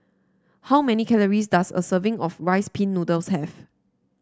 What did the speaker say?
how many calories does a serving of Rice Pin Noodles have